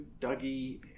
Dougie